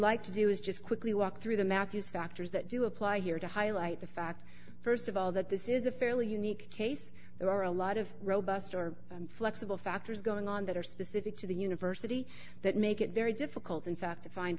like to do is just quickly walk through the matthews factors that do apply here to highlight the fact st of all that this is a fairly unique case there are a lot of robust or flexible factors going on that are specific to the university that make it very difficult in fact